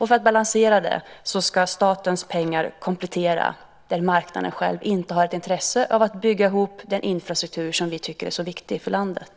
För att balansera det ska statens pengar komplettera när marknaden själv inte har intresse av att bygga ihop den infrastruktur som vi tycker är så viktig för landet.